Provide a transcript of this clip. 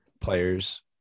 players